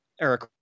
Eric